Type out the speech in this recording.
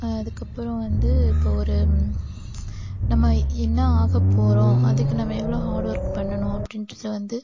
அதுக்கு அப்புறோம் வந்து இப்போ ஒரு நம்ம என்னா ஆக போகிறோம் அதுக்கு நம்ம எவ்வளோ ஹார்டுஒர்க் பண்ணணும் அப்படின்றது வந்து